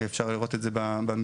אפשר לראות את זה במסמך.